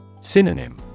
Synonym